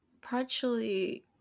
partially